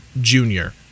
Junior